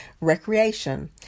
recreation